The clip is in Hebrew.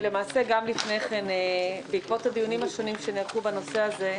ולמעשה גם לפני כן בעקבות הדיונים השונים שנערכו בנושא הזה,